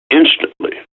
instantly